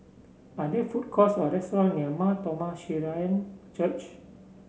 are there food courts or restaurant near Mar Thoma Syrian Church